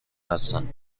هستند